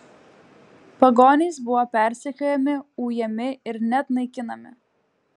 pagonys buvo persekiojami ujami ir net naikinami